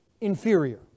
inferior